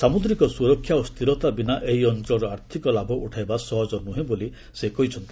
ସାମୁଦ୍ରିକ ସୁରକ୍ଷା ଓ ସ୍ଥିରତା ବିନା ଏହି ଅଞ୍ଚଳର ଆର୍ଥିକ ଲାଭ ଉଠାଇବା ସହଜ ନୁହେଁ ବୋଲି ସେ କହିଛନ୍ତି